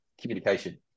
communication